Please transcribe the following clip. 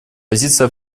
позиция